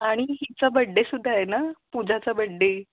आणि हिचा बड्डेसुद्धा आहे ना पूजाचा बड्डे